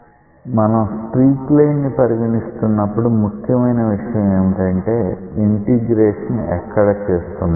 మనం streak line ని పరిగణిస్తున్నప్పుడు ముఖ్యమైన విషయం ఏమిటంటే ఇంటిగ్రేషన్ ఎక్కడ చేస్తున్నాం అనేది